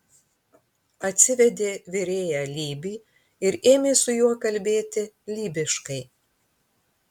atsivedė virėją lybį ir ėmė su juo kalbėti lybiškai